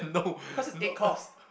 cause it's eight course